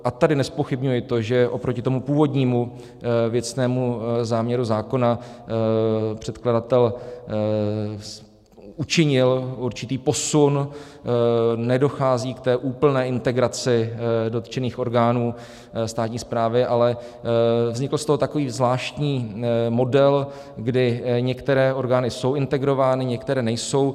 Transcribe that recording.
A tady nezpochybňuji to, že oproti původnímu věcnému záměru zákona předkladatel učinil určitý posun, nedochází k úplné integraci dotčených orgánů státní správy, ale vznikl z toho takový zvláštní model, kdy některé orgány jsou integrovány, některé nejsou.